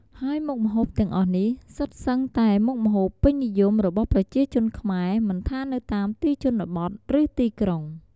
ហើយមុខម្ហូបទាំងអស់នេះសុទ្ធសឹងតែមុខម្ហូបពេញនិយមរបស់ប្រជាជនខ្មែរ មិនថានៅតាមទីជនបទ ឬទីក្រុង។